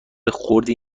خردی